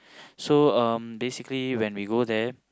so um basically when we go there